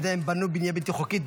אבל בינתיים הם בנו בנייה בלתי חוקית,